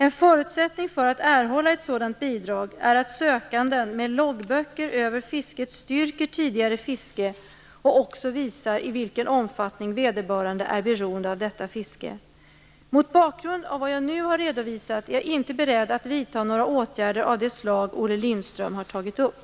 En förutsättning för att erhålla ett sådant bidrag är att sökanden med loggböcker över fisket styrker tidigare fiske och också visar i vilken omfattning vederbörande är beroende av detta fiske. Mot bakgrund av vad jag nu har redovisat är jag inte beredd att vidta några åtgärder av det slag Olle Lindström har tagit upp.